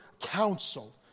counsel